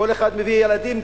כל אחד מביא ילדים,